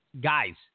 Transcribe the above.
Guys